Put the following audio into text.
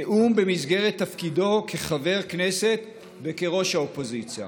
נאום במסגרת תפקידו כחבר כנסת וכראש האופוזיציה.